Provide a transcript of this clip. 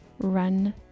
run